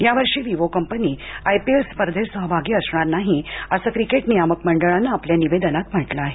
यावर्षी Vivo company IPL स्पर्धेत सहभागी असणार नाही असं क्रिकेट नियामक मंडळान आपल्या निवेदनात म्हटलं आहे